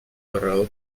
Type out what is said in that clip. carregador